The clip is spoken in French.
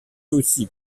aussi